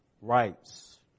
rights